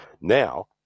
Now